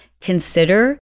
consider